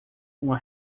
uma